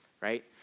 right